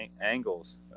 angles